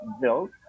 built